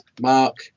Mark